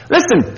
Listen